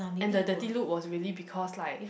and the dirty look was really because like